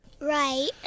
Right